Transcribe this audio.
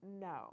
no